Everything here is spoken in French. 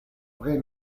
vrai